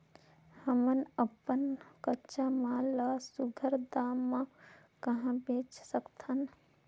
हमन अपन कच्चा माल ल सुघ्घर दाम म कहा बेच सकथन?